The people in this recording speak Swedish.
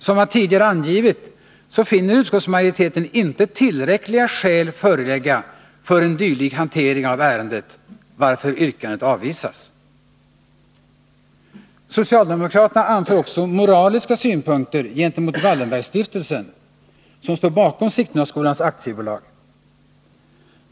Som jag tidigare angivit finner utskottsmajoriteten inte tillräckliga skäl föreligga för en dylik hantering av ärendet, varför yrkandet avvisas. Socialdemokraterna anför också moraliska synpunkter gentemot Wallenbergstiftelsen, som står bakom Sigtunaskolans AB.